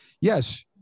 yes